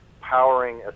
powering